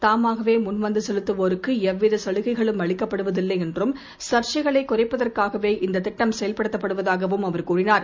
தாமாகவேமுன் வந்துசெலுத்தவோருக்குஎவ்விதசலுகைகளும் அளிக்கப்படுவதில்லைஎன்றும் சர்ச்சைகளைகுறைப்பதற்காகவே இந்ததிட்டம் செயல்படுத்தப்படுவதாகவும் அவர் கூறினார்